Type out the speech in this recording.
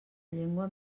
llengua